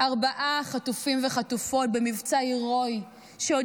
ארבעה חטופים וחטופות במבצע הרואי שעוד